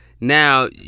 Now